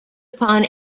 upon